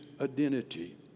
identity